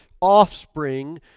offspring